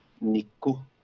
Nico